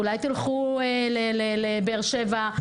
אולי תלכו לבאר שבע,